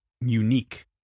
unique